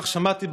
כך שמעתי,